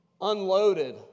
unloaded